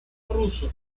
ruso